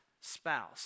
spouse